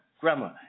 grandma